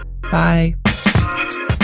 Bye